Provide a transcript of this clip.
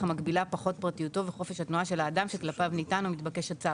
המגבילה פחות את פרטיותו וחופש התנועה של האדם שכלפיו ניתן ומבקש הצו".